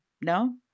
no